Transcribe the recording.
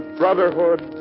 brotherhood